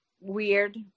weird